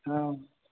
हँ